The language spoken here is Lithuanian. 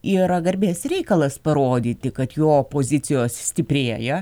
yra garbės reikalas parodyti kad jo pozicijos stiprėja